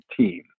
team